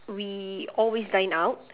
we always dine out